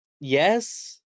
Yes